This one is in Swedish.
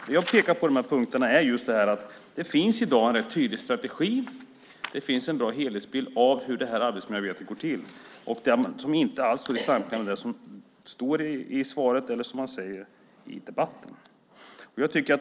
Det jag pekar på i de här punkterna är att det i dag finns en rätt tydlig strategi och en bra helhetsbild av hur arbetsmiljöarbetet går till, och det står inte alls i samklang med det som står i svaret eller det man säger i debatten.